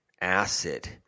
acid